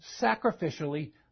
sacrificially